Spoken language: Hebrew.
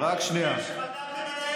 זה הסכם שחתמתם עליו,